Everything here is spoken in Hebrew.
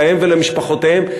להם ולמשפחותיהם,